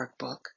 Workbook